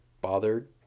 bothered